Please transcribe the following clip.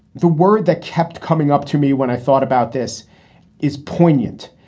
the word that kept coming up to me when i thought about this is poignant,